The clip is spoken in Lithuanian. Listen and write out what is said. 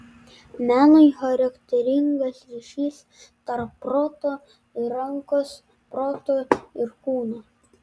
menui charakteringas ryšys tarp proto ir rankos proto ir kūno